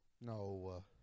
No